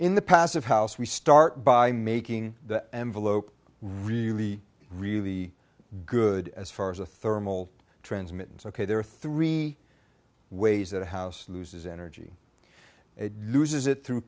in the passive house we start by making the envelope really really good as far as a thermal transmit and ok there are three ways that a house loses energy it loses it through